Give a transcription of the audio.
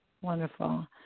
Wonderful